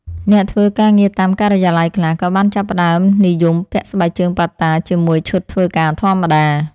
អ្នកធ្វើការងារតាមការិយាល័យខ្លះក៏បានចាប់ផ្តើមនិយមពាក់ស្បែកជើងប៉ាតាជាមួយឈុតធ្វើការធម្មតា។